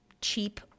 Cheap